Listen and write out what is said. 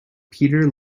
peter